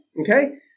Okay